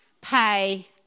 pay